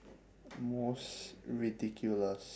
most ridiculous